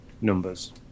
numbers